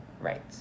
Right